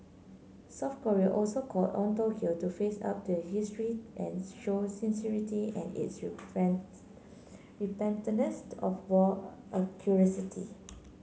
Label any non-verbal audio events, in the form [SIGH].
South Korea also called on Tokyo to face up to history and show sincerity in its [UNINTELLIGIBLE] of war a [UNINTELLIGIBLE]